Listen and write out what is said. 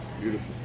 Beautiful